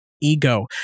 Ego